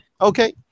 Okay